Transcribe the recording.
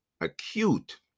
acute